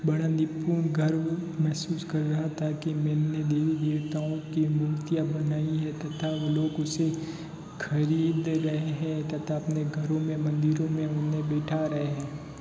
बड़ा निपुण गर्व महसूस कर रहा था कि मैंने देवी देवताओं की मूर्तियाँ बनाई है तथा वो लोग उसे खरीद रहे हैं तथा अपने घरों में मंदिरों में उन्हें बिठा रहे हैं